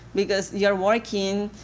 because you're working,